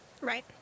Right